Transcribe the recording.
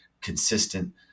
consistent